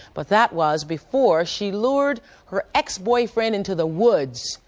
but that was before she lured her ex-boyfriend into the woods,